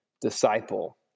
disciple